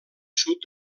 sud